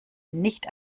nicht